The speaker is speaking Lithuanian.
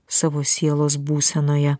savo sielos būsenoje